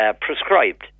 prescribed